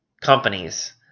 companies